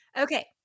Okay